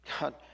God